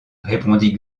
répondit